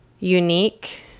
unique